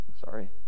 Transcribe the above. sorry